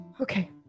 okay